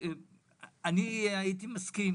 אני הייתי מסכים